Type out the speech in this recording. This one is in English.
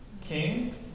King